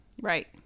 right